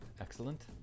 Excellent